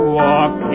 walk